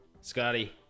Scotty